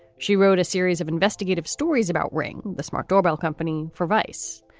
she wrote a series of investigative stories about ring the smart doorbell company for vice.